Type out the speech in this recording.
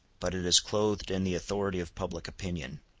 but it is clothed in the authority of public opinion.